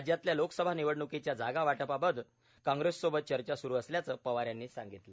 राज्यातल्या लोकसभा निवडण्कीच्या जागा वाटपाबाबत काँग्रेससोबत चर्चा स्रु असल्याचं पवार यांनी सांगितलं